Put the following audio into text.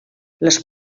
les